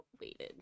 waited